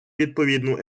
відповідну